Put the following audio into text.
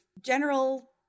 general